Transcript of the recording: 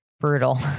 Brutal